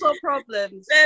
problems